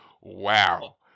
wow